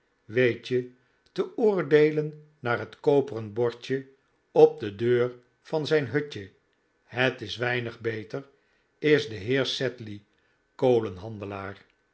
weet je te oordeelen naar het koperen bovdje op de deur van zijn hutje het is weinig beter is de heer